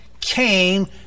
came